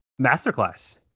Masterclass